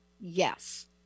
Yes